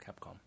capcom